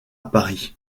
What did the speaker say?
paris